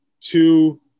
two